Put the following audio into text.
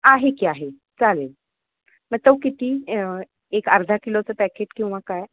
आहे की आहे चालेल मग तो किती एक अर्धा किलोचं पॅकेट किंवा काय